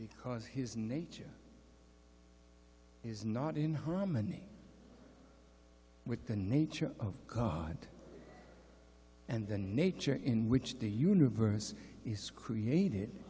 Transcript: because his nature is not in harmony with the nature of god and the nature in which the universe is created